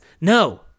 No